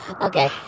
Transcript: okay